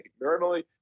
Normally